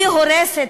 היא הורסת,